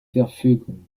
verfügung